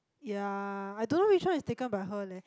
ya I don't know which one is taken by her leh